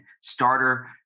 starter